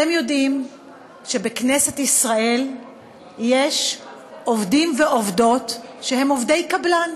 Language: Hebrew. אתם יודעים שבכנסת ישראל יש עובדים ועובדות שהם עובדי קבלן?